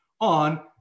on